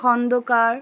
Khandakar